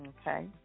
Okay